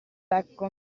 becco